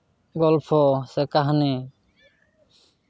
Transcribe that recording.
ᱜᱚᱞᱯᱷᱚ ᱥᱮ ᱠᱟᱹᱦᱱᱤ